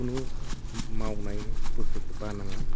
कुनु मावनाय बस्तुखौ बानाङा